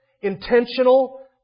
intentional